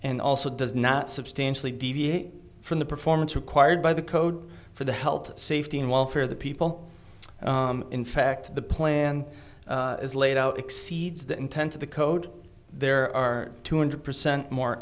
and also does not substantially deviate from the performance required by the code for the health safety and welfare of the people in fact the plan is laid out exceeds the intent of the code there are two hundred percent more